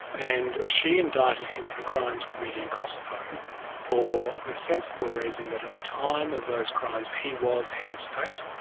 and she indicted him for crimes committed in kosovo for the sensible reason that at the time of those crimes, he was head of state,